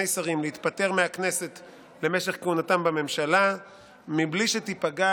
שרים להתפטר מהכנסת במשך כהונתם בממשלה מבלי שתיפגע